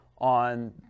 on